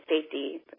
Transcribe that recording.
safety